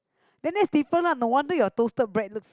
then that's different lah no wonder your toasted bread looks